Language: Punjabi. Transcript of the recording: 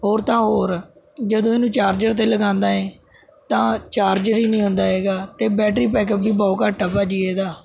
ਹੋਰ ਤਾਂ ਹੋਰ ਜਦੋਂ ਇਹਨੂੰ ਚਾਰਜਰ 'ਤੇ ਲਗਾਉਂਦਾ ਹੈ ਤਾਂ ਚਾਰਜਰ ਹੀ ਨਹੀਂ ਹੁੰਦਾ ਹੈਗਾ ਅਤੇ ਬੈਟਰੀ ਪੈਕਅਪ ਵੀ ਬਹੁਤ ਘੱਟ ਆ ਭਾਅ ਜੀ ਇਹਦਾ